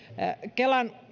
kelan